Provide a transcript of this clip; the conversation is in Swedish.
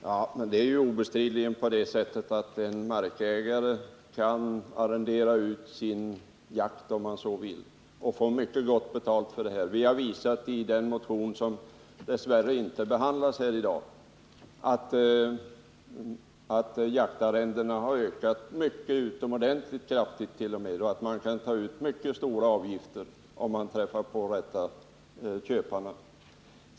Herr talman! Det är obestridligen på det sättet att en markägare kan arrendera ut sin jakträtt, om han så vill, och få mycket bra betalt för den. I motion 1893, som dess värre inte behandlas här i dag, har vi visat att jaktarrendena har ökat utomordentligt kraftigt och att markägarna kan ta ut mycket stora avgifter, om de träffar på rätt person.